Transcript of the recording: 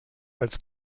als